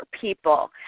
people